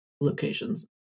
locations